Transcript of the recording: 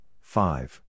five